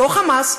לא "חמאס",